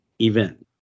event